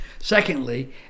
Secondly